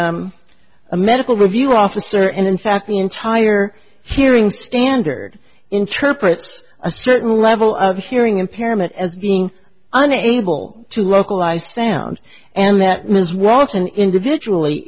being a medical review officer and in fact the entire hearing standard interprets a certain level of hearing impairment as being unable to localize sound and that ms wharton individually